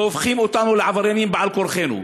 והופכים אותנו לעבריינים על-כורחנו.